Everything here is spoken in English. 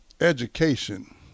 education